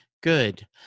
good